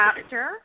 chapter